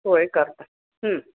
सोय करता